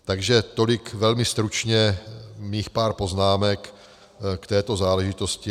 Takže tolik velmi stručně mých pár poznámek k této záležitosti.